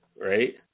right